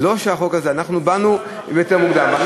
אני,